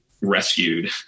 rescued